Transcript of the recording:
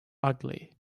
ugly